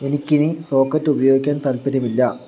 എനിക്ക് ഇനി സോക്കറ്റ് ഉപയോഗിക്കാൻ താൽപ്പര്യമില്ല